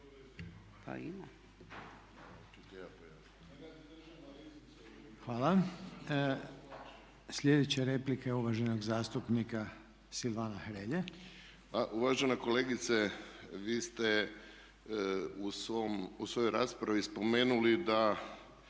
Hvala. Slijedeća replika je uvaženog zastupnika Silvana Hrelje. **Hrelja, Silvano (HSU)** Pa uvažena kolegice, vi ste u svojoj raspravi spomenuli da